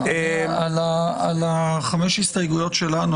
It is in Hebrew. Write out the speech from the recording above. על חמש ההסתייגויות שלנו.